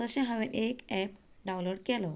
तशेंच हांवे एक एप डावनलोड केलो